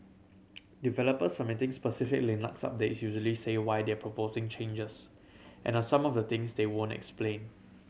developers submitting specific Linux updates usually say why they're proposing changes and on some of the things they won't explain